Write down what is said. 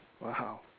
Wow